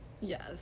yes